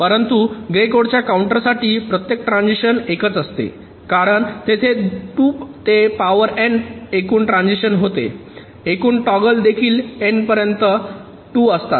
परंतु ग्रे कोडच्या काउंटरसाठी प्रत्येक ट्रान्झिशन एकच असते कारण तेथे 2 ते पॉवर एन एकूण ट्रान्झिशन होते एकूण टॉगल देखील एन पर्यंत 2 असतात